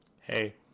Hey